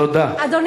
תודה.